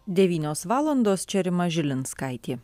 devynios valandos čia rima žilinskaitė